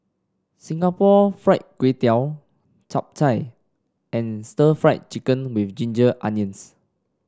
Singapore Fried Kway Tiao Chap Chai and Stir Fried Chicken with Ginger Onions